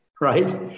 right